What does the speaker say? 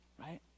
Right